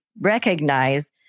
recognize